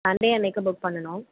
Sunday அன்னைக்கு book பண்ணனும்